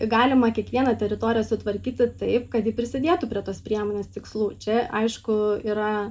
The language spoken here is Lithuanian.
galima kiekvieną teritoriją sutvarkyti taip kad ji prisidėtų prie tos priemonės tikslų čia aišku yra